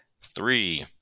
Three